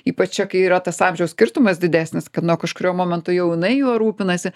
ypač čia kai yra tas amžiaus skirtumas didesnis kad nuo kažkurio momento jau jinai juo rūpinasi